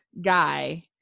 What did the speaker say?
guy